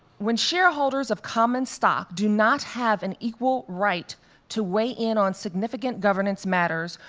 when shareholders of common stock do not have an equal right to weigh in on significant governance matters,